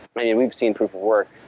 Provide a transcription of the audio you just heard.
mean yeah we've seen proof of work,